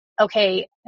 okay